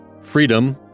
Freedom